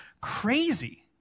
crazy